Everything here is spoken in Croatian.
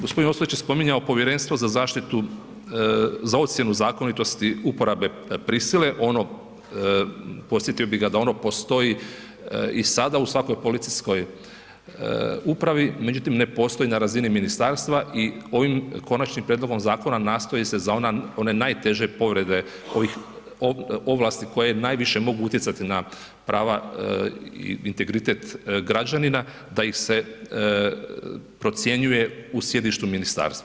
G. Ostojić je spominjao povjerenstvo za zaštitu, za ocjenu zakonitosti uporabe prisile, ono, podsjetio bih ga da ono postoji i sada u svakoj policijskoj upravi, međutim, ne postoji na razini ministarstva i ovim konačnim prijedlogom zakona nastoji se za one najteže povrede ovih ovlasti koje najviše mogu utjecati na prava i integritet građanina, da ih se procjenjuje u sjedištu ministarstva.